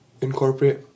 incorporate